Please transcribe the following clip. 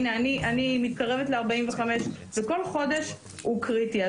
אני מתקרבת לגיל 45 וכל חודש הוא קריטי.